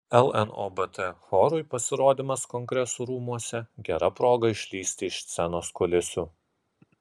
lnobt chorui pasirodymas kongresų rūmuose gera proga išlįsti iš scenos kulisų